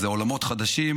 אלה עולמות חדשים,